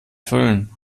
füllen